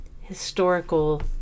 historical